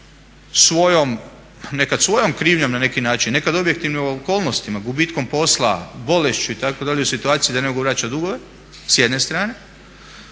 svojom, pa nekad svojom krivnjom na neki način, nekad objektivnim okolnostima, gubitkom posla, bolešću itd. u situaciji da ne mogu vraćat dugove s jedne strane.